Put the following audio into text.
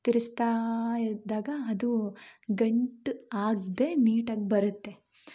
ತಿರ್ಸ್ತಾ ಇದ್ದಾಗ ಅದು ಗಂಟು ಆಗದೇ ನೀಟಾಗಿ ಬರುತ್ತೆ